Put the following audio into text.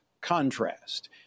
contrast